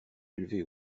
élevé